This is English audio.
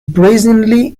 brazenly